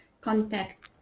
Contact